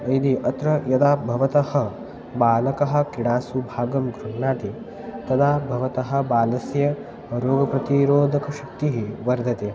यदि अत्र यदा भवतः बालकः क्रीडासु भागं गृह्णाति तदा भवतः बालस्य रोगप्रतिरोधकशक्तिः वर्धते